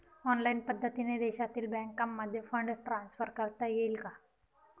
Online पद्धतीने देशातील बँकांमध्ये फंड ट्रान्सफर करता येईल का?